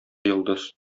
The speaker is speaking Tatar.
йолдыз